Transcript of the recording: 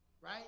right